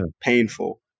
painful